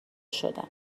شدم